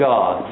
God